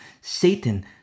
Satan